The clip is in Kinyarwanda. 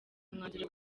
mwanzuro